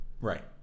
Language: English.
right